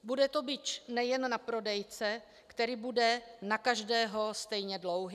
Bude to bič nejen na prodejce, který bude na každého stejně dlouhý.